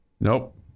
Nope